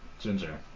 Ginger